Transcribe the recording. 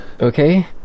Okay